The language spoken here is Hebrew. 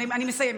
אני מסיימת.